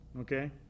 okay